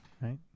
right